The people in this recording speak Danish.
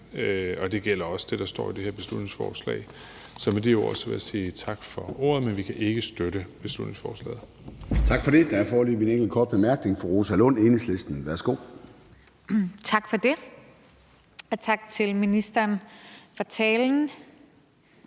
og det gælder også det, der står i det her beslutningsforslag. Så med de ord vil jeg sige tak for ordet. Vi kan ikke støtte beslutningsforslaget. Kl. 14:57 Formanden (Søren Gade): Tak for det. Der er foreløbig en enkelt kort bemærkning. Fru Rosa Lund, Enhedslisten, værsgo. Kl. 14:57 Rosa Lund (EL): Tak for det, og tak til ministeren for talen.